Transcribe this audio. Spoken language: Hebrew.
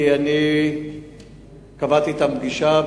כי אני קבעתי אתם פגישה,